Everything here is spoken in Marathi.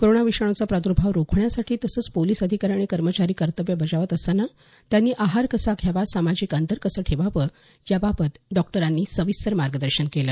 कोरोना विषाणूचा प्रादुर्भाव रोखण्यासाठी तसंच पोलीस अधिकारी आणि कर्मचारी कर्तव्य बजावत असताना त्यांनी आहार कसा घ्यावा सामाजिक अंतर कसे ठेवावे याबाबत डॉक्टरानी सविस्तर मार्गदर्शन केलं